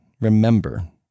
remember